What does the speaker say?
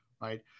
Right